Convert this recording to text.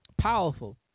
powerful